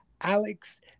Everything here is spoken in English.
Alex